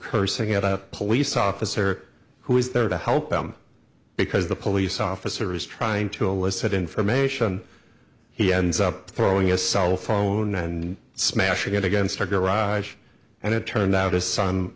cursing at a police officer who is there to help him because the police officer is trying to elicit information he ends up throwing a cell phone and smashing it against her garage and it turned out a son